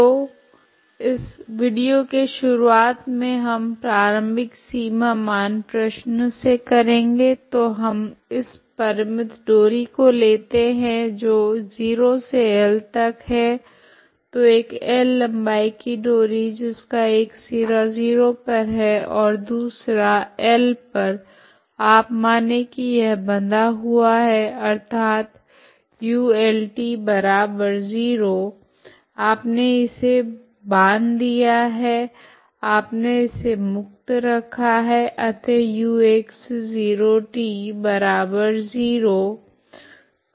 तो इस विडियो के शुरुआत हम प्रारम्भिक सीमा मान प्रश्न से करेगे तो हम इस परिमित डोरी को लेते है जो 0 से L तक है तो एक L लंबाई की डोरी जिसका एक सिरा 0 पर है ओर दूसरा L पर आप माने की यह बंधा हुआ है अर्थात uLt0 आपने इसे बांध दिया है आपने इसे मुक्त रखा है अतः ux0t0